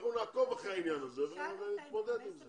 אנחנו נעקוב אחרי העניין הזה ונתמודד עם זה.